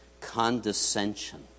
condescension